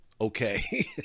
okay